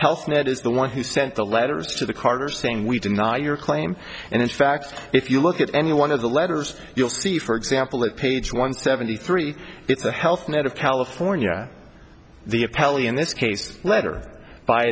health net is the one who sent the letters to the carter saying we deny your claim and in fact if you look at any one of the letters you'll see for example at page one seventy three it's the health net of california the appellee in this case letter by